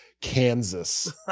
kansas